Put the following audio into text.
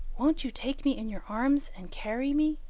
won't you take me in your arms and carry me?